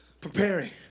Preparing